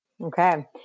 Okay